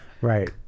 Right